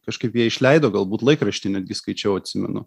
kažkaip jie išleido galbūt laikraštį netgi skaičiau atsimenu